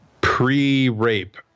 pre-rape